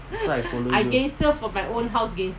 that's hwy I follow you